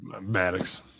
Maddox